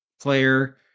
player